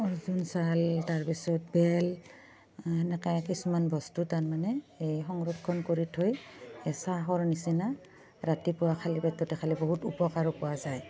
অৰ্জুন চাল তাৰপিছত বেল এনেকৈ কিছুমান বস্তু তাৰমানে এই সংৰক্ষণ কৰি থৈ চাহৰ নিচিনা ৰাতিপুৱা খালী পেটতে খালে বহুত উপকাৰো পোৱা যায়